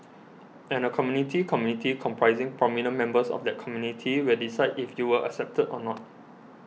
and a Community Committee comprising prominent members of that community will decide if you were accepted or not